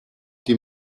die